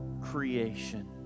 creation